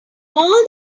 all